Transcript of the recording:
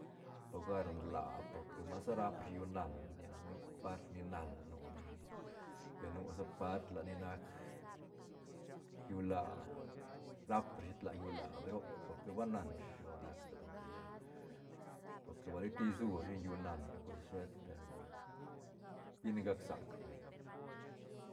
Lugar nlaa porque ma sa rap rashi llú nal nia nu part ni nal nu nia lla nu sa part lat ni nac llú laa rap rashi tla llú laa roc porque ba nan rashi shilo nac doob sigac porque ba litis isurashi ne llú nal pues sheta tine gac sac vay.